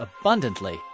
abundantly